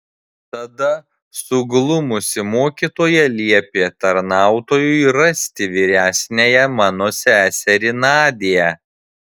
tada suglumusi mokytoja liepė tarnautojui rasti vyresniąją mano seserį nadią